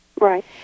Right